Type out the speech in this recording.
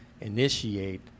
initiate